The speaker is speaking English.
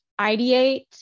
ideate